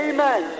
Amen